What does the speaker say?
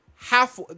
half